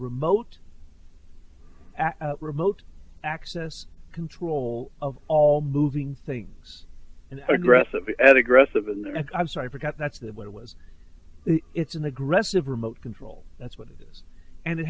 remote remote access control of all moving things and aggressive and aggressive in their neck i'm sorry forgot that's what it was it's an aggressive remote control that's what it is and it